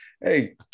Hey